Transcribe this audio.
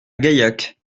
gaillac